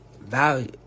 value